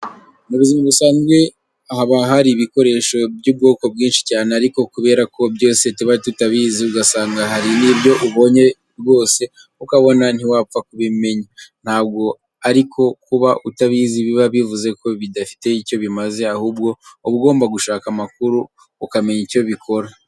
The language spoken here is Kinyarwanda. Mu buzima busanzwe haba hari ibikoresho by'ubwoko bwinshi cyane ariko kubera ko byose tuba tutabizi ugasanga hari n'ibyo ubonye rwose ukabona ntiwapfa kubimenya. Ntabwo ariko kuba utabizi biba bivuze ko bidafite icyo bimaze ahubwo uba ugomba gushaka amakuru ukamenya icyo bikora.